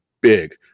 Big